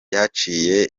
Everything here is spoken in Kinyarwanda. ryaciye